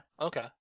okay